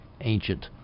ancient